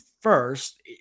first